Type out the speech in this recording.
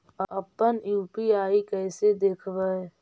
अपन यु.पी.आई कैसे देखबै?